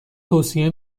توصیه